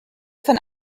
von